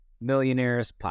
Millionaires